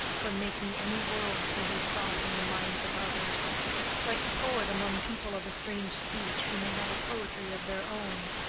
from making any world for his thought in the minds of others like a poet among people of a strange speech, who may have a poetry of their own,